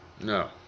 No